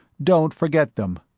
don't forget them.